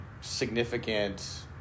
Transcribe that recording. significant